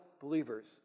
believers